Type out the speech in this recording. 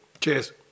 Cheers